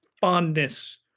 fondness